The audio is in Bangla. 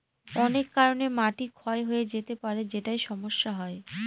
অনেক কারনে মাটি ক্ষয় হয়ে যেতে পারে যেটায় সমস্যা হয়